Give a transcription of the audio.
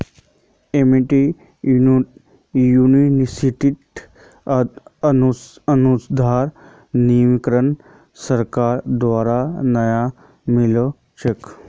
Amity यूनिवर्सिटीत अनुसंधान निधीकरण सरकार द्वारा नइ मिल छेक